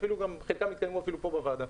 חלקם אפילו התקיימו פה, בוועדה.